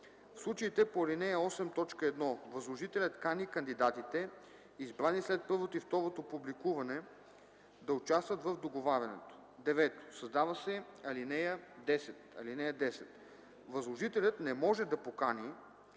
В случаите по ал. 8, т. 1 възложителят кани кандидатите, избрани след първото и второто публикуване, да участват в договарянето.” 9. Създава се ал. 10: „(10) Възложителят не може да покани